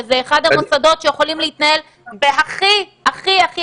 שזה אחד המוסדות שיכולים להתנהל בהכי הכי הכי